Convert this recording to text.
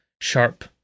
sharp